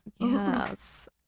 Yes